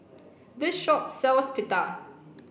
this shop sells Pita